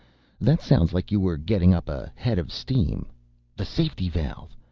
that sounds like you were getting up a head of steam the safety valve!